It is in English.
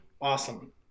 awesome